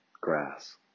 grass